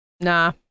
Nah